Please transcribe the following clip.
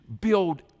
build